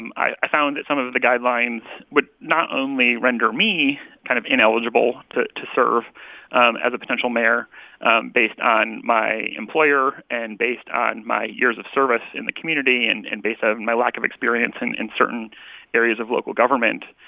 and i found that some of of the guidelines would not only render me kind of ineligible to to serve and as a potential mayor based on my employer and based on my years of service in the community and based on and my lack of experience and in certain areas of local government,